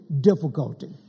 difficulty